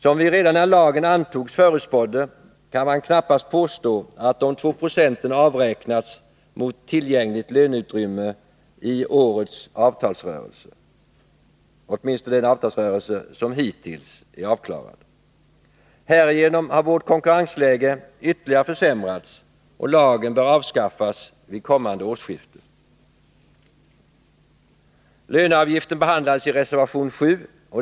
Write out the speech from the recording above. Som vi redan när lagen antogs förutspådde kan man knappast påstå att de 2 procenten avräknats mot tillgängligt löneutrymme i årets avtalsrörelse — åtminstone i den del av avtalsrörelsen som hittills är avklarad. Härigenom har vårt konkurrensläge ytterligare försämrats, och lagen bör avskaffas vid kommande halvårsskifte. Löneavgiften behandlas i reservation 7.